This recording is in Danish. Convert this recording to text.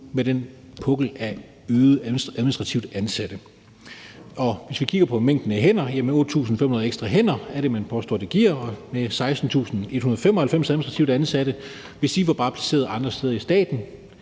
med den pukkel af øgede administrative ansatte. Hvis vi kigger på mængden af hænder, er det 8.500 ekstra hænder, man påstår, det giver, med 16.195 ansatte, hvis de bare var placeret andre steder i staten,